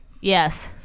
Yes